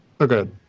okay